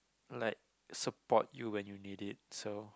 like support you when you need it so